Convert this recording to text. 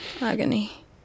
Agony